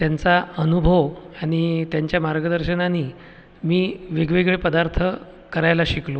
त्यांचा अनुभव आणि त्यांच्या मार्गदर्शनाने मी वेगवेगळे पदार्थ करायला शिकलो